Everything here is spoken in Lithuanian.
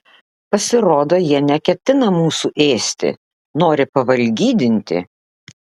pasirodo jie neketina mūsų ėsti nori pavalgydinti